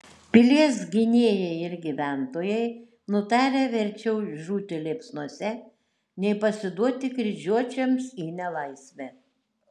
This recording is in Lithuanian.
pilies gynėjai ir gyventojai nutarę verčiau žūti liepsnose nei pasiduoti kryžiuočiams į nelaisvę